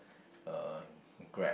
uh Grab